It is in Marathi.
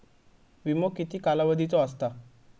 विमो किती कालावधीचो असता?